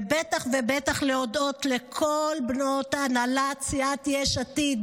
ובטח ובטח להודות לכל בנות הנהלת סיעת יש עתיד,